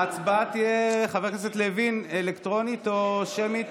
ההצבעה, חבר הכנסת לוין, תהיה אלקטרונית או שמית?